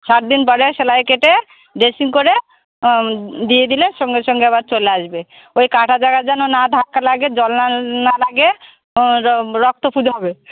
সাত দিন পরে সেলাই কেটে ড্রেসিং করে দিয়ে দিলে সঙ্গে সঙ্গে আবার চলে আসবে ওই কাটা জায়গার যেন না ধাক্কা লাগে জল না না লাগে রক্ত পুঁজ হবে